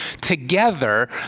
together